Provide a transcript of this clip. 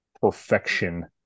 perfection